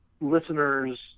listeners